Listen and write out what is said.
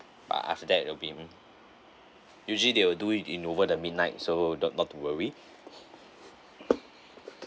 a~ after that it will be mm usually they will do it in over the midnight so don't not worry